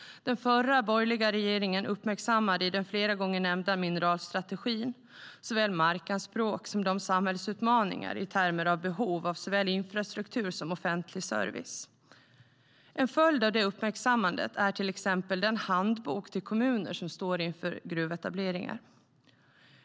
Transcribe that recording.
Den förra borgerliga regeringen uppmärksammade i den flera gånger nämnda mineralstrategin såväl markanspråk som samhällsutmaningar i termer av behov av infrastruktur och offentlig service. En följd av det uppmärksammandet är till exempel en handbok till kommuner som står inför gruvetableringar.